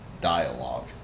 dialogue